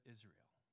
Israel